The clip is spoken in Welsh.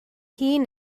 hun